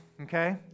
okay